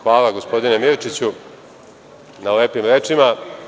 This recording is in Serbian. Hvala, gospodine Mirčiću, na lepim rečima.